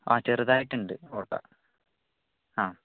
ആ ചെറുതായിട്ടുണ്ട് ഓട്ട ആ